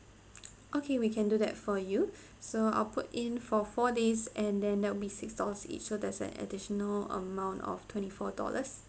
okay we can do that for you so I'll put in for four days and then there'll be six dollars each so there's an additional amount of twenty four dollars